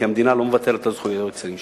כי המדינה לא מוותרת על זכויות היוצרים שלה.